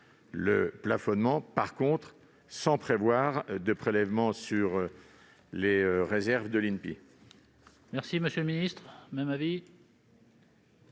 le plafonnement, mais sans prévoir de prélèvement sur les réserves de l'INPI.